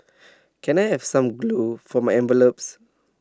can I have some glue for my envelopes